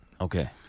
Okay